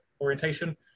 orientation